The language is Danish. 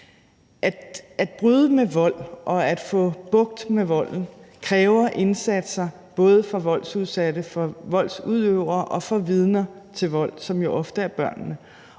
At bryde med vold og at få bugt med volden kræver indsatser, både for voldsudsatte og for voldsudøveren og for vidner til vold, som jo ofte er børnene.